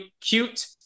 cute